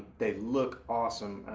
they look awesome.